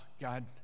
God